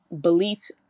beliefs